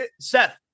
Seth